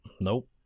Nope